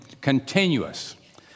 continuous